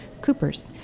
Coopers